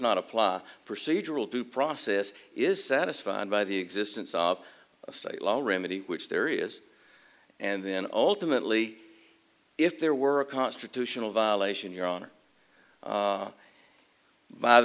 not apply procedural due process is satisfied by the existence of a state law remedy which there is and then ultimately if there were a constitutional violation your